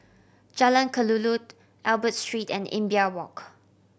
Jalan Kelulut Albert Street and Imbiah Walk